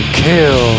kill